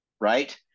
right